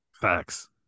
Facts